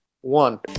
one